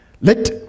Let